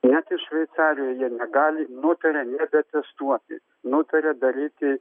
net ir šveicarijoj jie negali nutarė nebetestuoti nutarė daryti